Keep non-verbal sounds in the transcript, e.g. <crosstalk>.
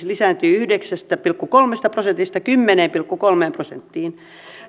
<unintelligible> lisääntyi yhdeksästä pilkku kolmesta prosentista kymmeneen pilkku kolmeen prosenttiin